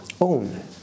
own